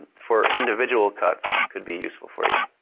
for individual cuts could be useful for you.